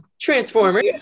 Transformers